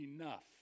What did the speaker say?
enough